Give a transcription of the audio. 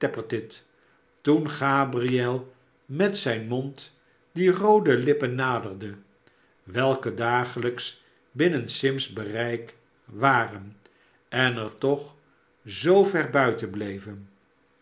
toen gabriel met zijn mond die roode lippen naderde welke dagelijks binnen sim's bereikt waren en er toch zoover buiten bleven